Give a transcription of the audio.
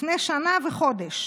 לפני שנה וחודש.